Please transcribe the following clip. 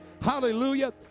Hallelujah